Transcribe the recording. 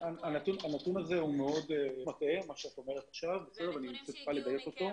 הנתון שאת אומרת מאוד מטעה -- אלה נתונים שהגיעו מכם,